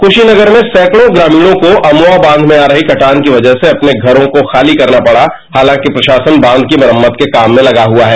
क्शीनगर में सैकड़ों ग्रामीणों को अमवा बांध में आ रही कटान की वजह से अपने घरों को खाली करना पड़ा हालांकि प्रशासन बांध के मरम्मत के काम में लगा हुआ है